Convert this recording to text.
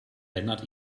lennart